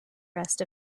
rest